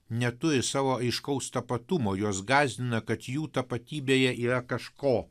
neturi savo aiškaus tapatumo juos gąsdina kad jų tapatybėje yra kažko